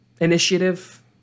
Initiative